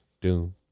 Doom